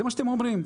זה מה שאתם אומרים.